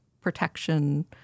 protection